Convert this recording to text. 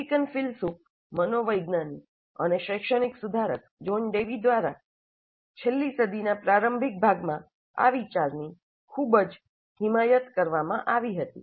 American ફિલસૂફ મનોવિજ્ઞાની અને શૈક્ષણિક સુધારક જ્હોન ડેવી દ્વારા છેલ્લા સદીના પ્રારંભિક ભાગમાં આ વિચારની ખૂબ જ હિમાયત કરવામાં આવી હતી